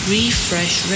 Refresh